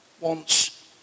wants